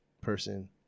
person